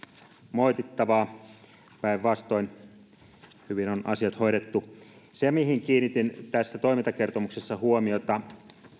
moitittavaa päinvastoin hyvin on asiat hoidettu se mihin kiinnitin tässä toimintakertomuksessa huomiota